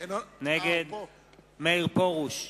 נגד מאיר פרוש,